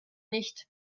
nicht